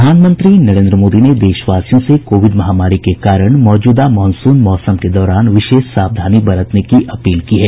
प्रधानमंत्री नरेन्द्र मोदी ने देशवासियों से कोविड महामारी के कारण मौजूदा मॉनसून मौसम के दौरान विशेष सावधानी बरतने की अपील की है